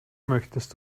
möchtest